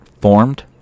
formed